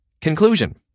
Conclusion